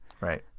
Right